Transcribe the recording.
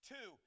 Two